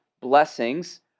blessings